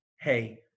hey